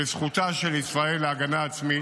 בזכותה של ישראל להגנה עצמית,